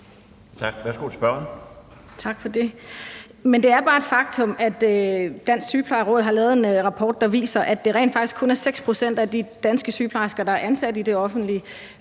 Brown (LA): Tak for det. Det er bare et faktum, at Dansk Sygeplejeråd har lavet en rapport, der viser, at det rent faktisk kun er 6 pct. af de danske sygeplejersker, der er ansat i det private,